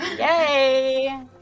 Yay